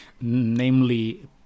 namely